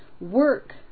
work